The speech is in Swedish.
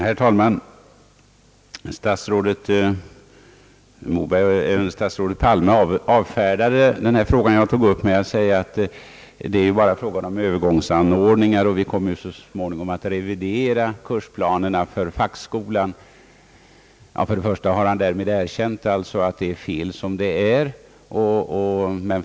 Herr talman! Statsrådet Palme avfärdade den fråga som jag tog upp med att säga, att det bara gällde övergångsanordningar och att vi så småningom kommer att revidera kursplanerna för fackskolan. För det första hår han därmed erkänt, att det är fel såsom det nu är.